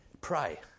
pray